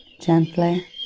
gently